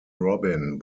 robin